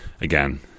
Again